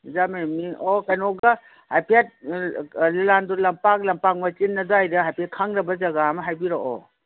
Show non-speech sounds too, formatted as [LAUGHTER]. [UNINTELLIGIBLE] ꯑꯣ ꯀꯩꯅꯣꯒ ꯍꯥꯏꯐꯦꯠ ꯑꯥ ꯂꯤꯂꯥꯟꯗꯣ ꯂꯝꯄꯥꯛ ꯂꯝꯄꯥꯛ ꯃꯆꯤꯟ ꯑꯗꯨꯋꯥꯏꯗ ꯍꯥꯏꯐꯦꯠ ꯈꯪꯅꯕ ꯖꯥꯒ ꯑꯃ ꯍꯥꯏꯕꯤꯔꯛꯑꯣ